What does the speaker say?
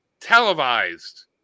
televised